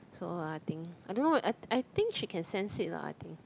so I think I don't know eh I I think she can sense it lah I think